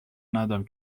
ندم